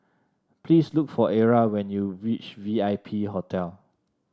please look for Era when you reach V I P Hotel